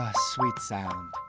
sweet sound.